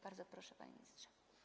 Bardzo proszę, panie ministrze.